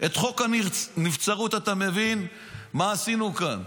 את חוק הנבצרות, אתה מבין מה עשינו כאן.